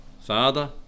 Father